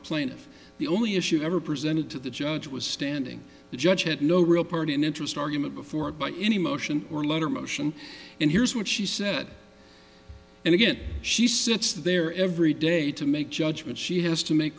plaintiff the only issue ever presented to the judge was standing the judge had no real part in interest argument before by any motion or letter motion and here's what she said and again she sits there every day to make judgments she has to